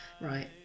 Right